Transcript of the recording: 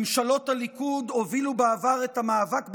ממשלות הליכוד הובילו בעבר את המאבק בכהניזם,